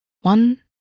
One